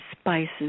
spices